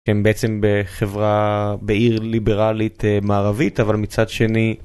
הם בעצם בחברה, בעיר ליברלית מערבית אבל מצד שני...